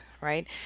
right